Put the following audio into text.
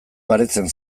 baretzen